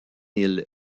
hill